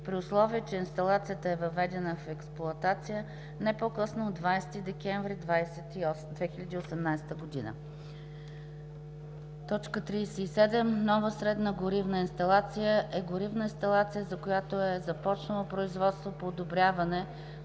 при условие че инсталацията е въведена в експлоатация не по-късно от 20 декември 2018 г. 37. „Нова средна горивна инсталация“ е горивна инсталация, за която е започнало производство по одобряване